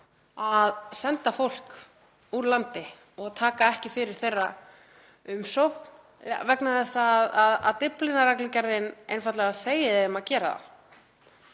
að senda fólk úr landi og taka ekki fyrir umsókn þess vegna þess að Dyflinnarreglugerðin einfaldlega segi þeim að gera það.